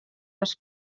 les